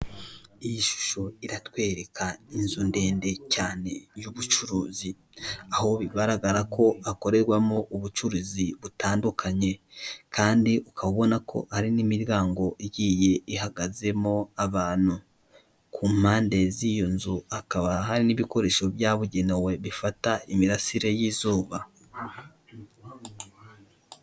Iyi shusho iratwereka inzu ndende cyane y'ubucuruzi aho bigaragara ko hakorerwamo ubucuruzi butandukanye kandi ukabona ko ari n'imiryango igiye ihagazemo abantu, ku mpande z'iyo nzu akaba hari n'ibikoresho byabugenewe bifata imirasire y'izuba.